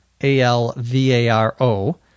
A-L-V-A-R-O